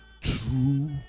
true